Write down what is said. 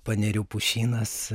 panerių pušynas